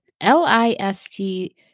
L-I-S-T